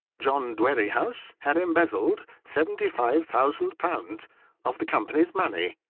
john dwerrihouse had embezzled seventy-five thousand pounds of the company's money,